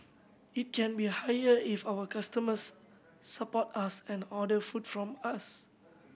it can be higher if our customers support us and order food from us